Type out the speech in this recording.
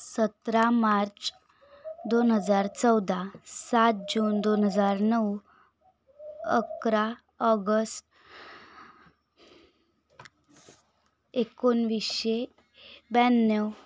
सतरा मार्च दोन हजार चौदा सात जून दोन हजार नऊ अकरा ऑगस्ट एकोणवीसशे ब्याण्णव